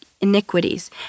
iniquities